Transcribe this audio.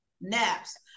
naps